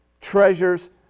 treasures